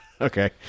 Okay